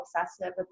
obsessive